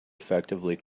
effectively